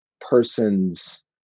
person's